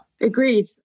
Agreed